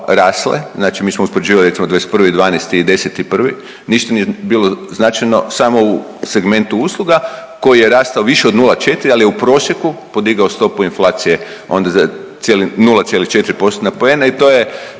znači mi smo uspoređivali recimo 21.12. i 10.1. Ništa nije bilo značajno samo u segmentu usluga koji je rastao više od 0,4 ali je u prosjeku podigao stopu inflacije onda za 0,4 postotna poena i to je